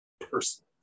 person